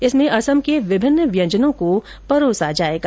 इसमें असम के विभिन्न व्यंजनों को परोसा जाएगा